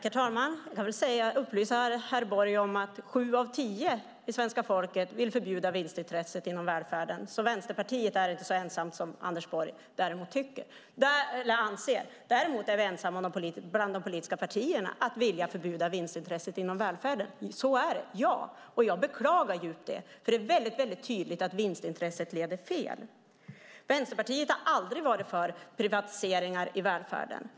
Fru talman! Jag kan upplysa herr Borg om att sju av tio svenskar vill förbjuda vinstintresset inom välfärden. Vänsterpartiet är inte så ensamt som Anders Borg anser. Däremot är vi ensamma bland de politiska partierna om att vilja förbjuda vinstintresset inom välfärden; så är det. Jag beklagar detta djupt, för det är tydligt att vinstintresset leder fel. Vänsterpartiet har aldrig varit för privatiseringar i välfärden.